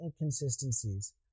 inconsistencies